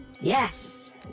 Yes